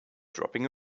dropping